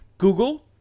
Google